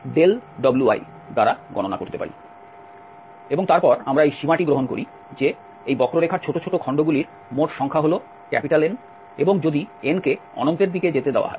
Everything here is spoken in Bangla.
এবং তারপর আমরা এই সীমাটি গ্রহণ করি যে এই বক্ররেখার ছোট ছোট খন্ড গুলির মোট সংখ্যা হল N এবং যদি N কে অনন্তের দিকে যেতে দেওয়া হয়